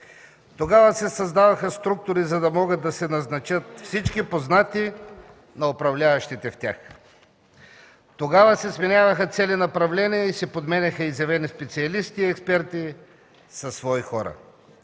Тогава се създадоха структури, за да могат да се назначат всички познати на управляващите в тях. Тогава се сменяваха цели направления и се подменяха изявени специалисти, експерти, със свои хора.